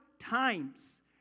times